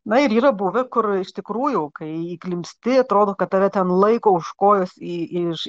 na ir yra buvę kur iš tikrųjų kai įklimpsti atrodo kad tave ten laiko už kojos į iš